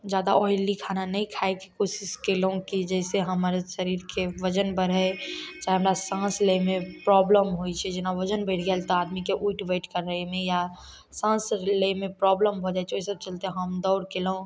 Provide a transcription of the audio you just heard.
जादा ऑइली खाना नहि खाइके कोशिश केलहुॅं की जाहिसॅं हमर शरीरके बजन बढ़य चाहे हमरा साँस लै मे प्रॉब्लम होइ छै जेना बजन बढ़ि गेल तऽ आदमीके उठि बैठि करयमे या साँस लैमे प्रॉब्लम हो जाइ छै ओहि सब चलते हम दौड़ केलहुॅं